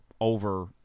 over